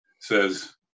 says